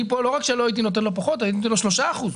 כאן לא רק שלא הייתי נותן לו פחות אלא הייתי נותן לו שלושה אחוזים.